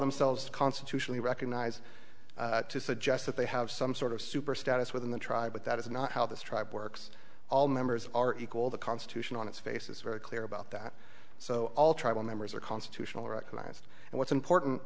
themselves constitutionally recognized to suggest that they have some sort of super status within the tribe but that is not how this tribe works all members are equal the constitution on its face is very clear about that so all tribal members are constitutional recognized and what's important